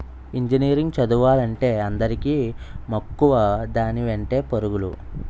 engineering చదువులంటే అందరికీ మక్కువ దాని వెంటే పరుగులు